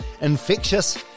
infectious